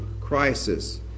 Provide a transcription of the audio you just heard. crisis